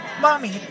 Mommy